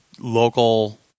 local